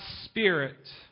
spirit